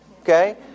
Okay